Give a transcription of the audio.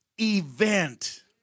event